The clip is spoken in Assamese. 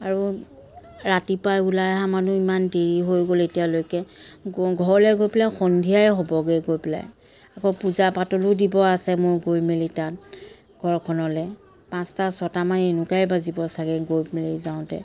আৰু ৰাতিপুৱাই ওলাই অহা মানুহ ইমান দেৰি হৈ গ'ল এতিয়ালৈকে গৈ ঘৰলে গৈ পেলাই সন্ধিয়াই হ'বগৈ গৈ পেলাই আকৌ পূজা পাতলো দিব আছে মোৰ গৈ মেলি তাত ঘৰখনলৈ পাঁচটা ছটামান এনেকুৱায়েই বাজিব চাগৈ গৈ মেলি যাওঁতে